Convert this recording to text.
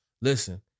listen